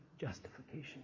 justification